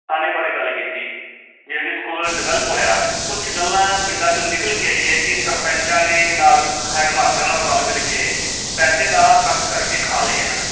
ਖਾਣੇ ਬਾਰੇ ਗੱਲ ਕੀਤੀ ਜੇ ਅਜੇ ਸਕੂਲ ਡਿਵੈਲਪ ਹੋਇਆ ਕੁਛ ਗੱਲਾਂ ਪਿੰਡਾਂ 'ਚੋਂ ਨਿਕਲ ਕੇ ਆਈ ਹੈ ਕਿ ਸਰਪੰਚਾਂ ਨੇ ਨਾਲ ਹੈਡਮਾਸਟਰਾਂ ਨਾਲ ਰਲ ਮਿਲ ਕੇ ਪੈਸੇ ਦਾ ਇਕੱਠ ਕਰਕੇ ਖਾ ਲਏ ਇਹਨਾਂ ਨੇ